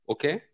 Okay